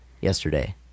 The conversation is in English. yesterday